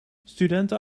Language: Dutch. studenten